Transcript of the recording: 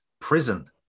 prison